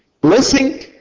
blessing